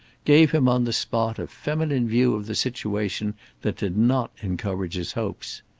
gave him on the spot a feminine view of the situation that did not encourage his hopes.